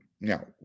Now